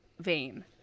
vein